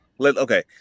Okay